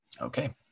Okay